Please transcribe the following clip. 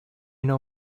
know